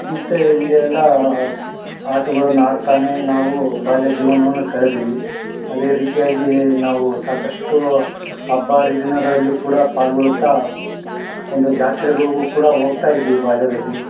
ಮತ್ತು ಹೀಗೆ ಎಲ್ಲ ಆಟಗಳನ್ನ ಆಡ್ತಾನೆ ನಾವು ಬಾಲ್ಯ ಜೀವನವನ್ನು ಕಳೆದೀವಿ ಅದೇ ರೀತಿಯಾಗಿ ನಾವು ಸಾಕಷ್ಟು ಹಬ್ಬ ಹರಿದಿನಗಳಲ್ಲಿಯು ಕೂಡ ಪಾಲ್ಗೊಳ್ತಾ ಒಂದು ಜಾತ್ರೆಗಳಿಗೂ ಕೂಡ ಹೋಗ್ತಾ ಇದ್ವಿ ಬಾಲ್ಯದಲ್ಲಿ